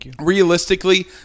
realistically